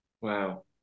wow